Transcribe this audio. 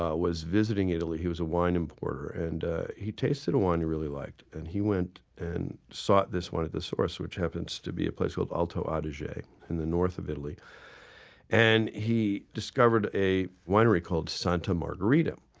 ah was visiting italy. he was a wine importer, and he tasted a wine he really liked. and he went and sought this one at the source, which happens to be a place called alto ah adige in the north of italy and he discovered a winery called santa margherita.